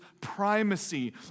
primacy